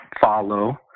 follow